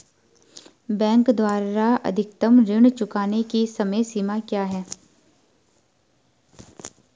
Bank द्वारा अधिकतम ऋण चुकाने की समय सीमा क्या है?